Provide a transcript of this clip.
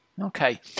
okay